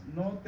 no